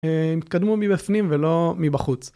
הם התקדמו מבפנים ולא מבחוץ.